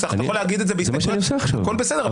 הכול בסדר,